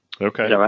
Okay